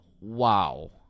wow